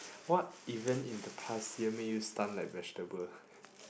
what event in the past year make you stun like vegetable